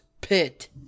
Pit